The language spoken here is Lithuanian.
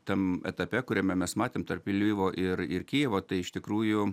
tam etape kuriame mes matėm tarp lvivo ir ir kijevo tai iš tikrųjų